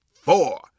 four